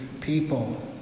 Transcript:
people